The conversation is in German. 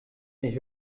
ich